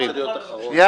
חברים,